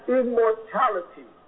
immortality